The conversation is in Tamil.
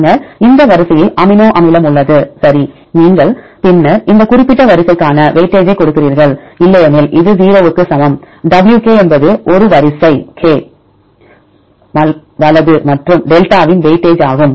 எனவே இந்த வரிசையில் அமினோ அமிலம் உள்ளது சரி பின்னர் நீங்கள் அந்த குறிப்பிட்ட வரிசைக்கான வெயிட்டேஜைக் கொடுக்கிறீர்கள் இல்லையெனில் இது 0 க்கு சமம் wk என்பது ஒரு வரிசை k வலது மற்றும் delta வின் வெயிட்டேஜ் ஆகும்